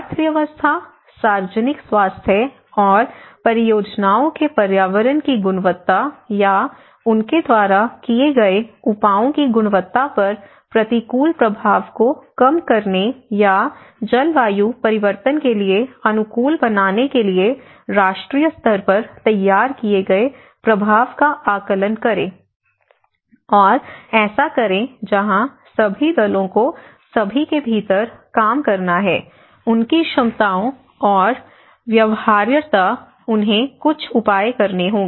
अर्थव्यवस्था सार्वजनिक स्वास्थ्य और परियोजनाओं के पर्यावरण की गुणवत्ता या उनके द्वारा किए गए उपायों की गुणवत्ता पर प्रतिकूल प्रभाव को कम करने या जलवायु परिवर्तन के लिए अनुकूल बनाने के लिए राष्ट्रीय स्तर पर तैयार किए गए प्रभाव का आकलन करें और ऐसा करें जहां सभी दलों को सभी के भीतर काम करना है उनकी क्षमताओं और व्यवहार्यता उन्हें कुछ उपाय करने होंगे